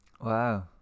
Wow